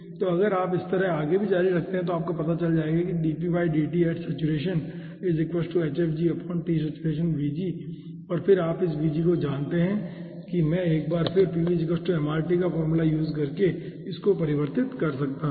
तो अगर आप इसी तरह आगे भी जारी रखते हैं तो आपको पता चल जाएगा कि और फिर आप इस Vg को जानते हैं कि मैं एक बार फिर pv MRT फॉर्मूला का उपयोग करके इसको परिवर्तित कर सकता हूं